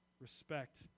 Respect